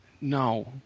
No